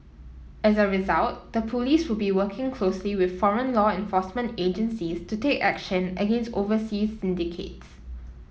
as a result the police will be working closely with foreign law enforcement agencies to take action against overseas syndicates